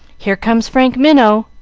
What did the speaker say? here comes frank minot,